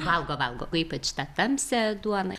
valgo valgo ypač tą tamsią duoną